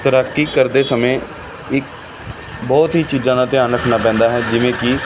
ਤੈਰਾਕੀ ਕਰਦੇ ਸਮੇਂ ਇੱਕ ਬਹੁਤ ਹੀ ਚੀਜ਼ਾਂ ਦਾ ਧਿਆਨ ਰੱਖਣਾ ਪੈਂਦਾ ਹੈ ਜਿਵੇਂ ਕਿ